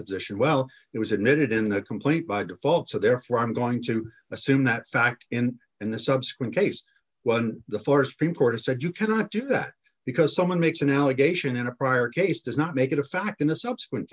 position well it was admitted in the complaint by default so therefore i'm going to assume that fact in and the subsequent case when the st people are said you cannot do that because someone makes an allegation in a prior case does not make it a fact in a subsequent